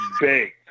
baked